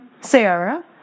Sarah